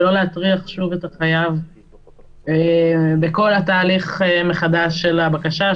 ולא להטריח את החייב שוב את החייב בכל התהליך מחדש של הבקשה,